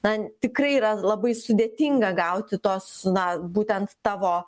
na tikrai yra labai sudėtinga gauti tos na būtent tavo